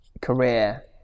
career